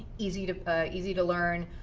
easy to easy to learn,